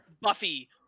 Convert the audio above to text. Buffy